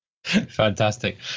Fantastic